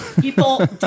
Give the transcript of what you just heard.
people